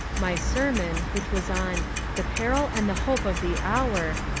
my sermon, which was on the peril and the hope of the hour,